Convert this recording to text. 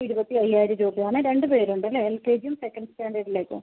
ഇരുപത്തി അയ്യായിരം രൂപയാണ് രണ്ട് പേരുണ്ടല്ലേ എൽ കെ ജിയും സെക്കൻഡ് സ്റ്റാൻഡേർഡിലേക്കും